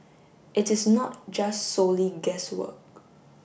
it is not just solely guesswork